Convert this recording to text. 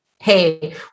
Hey